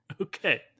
Okay